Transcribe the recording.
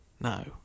No